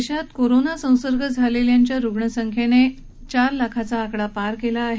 देशात कोरोना संसर्ग झालेल्या रुग्णसंख्येने चार लाखाचा आकडा पार केला आहे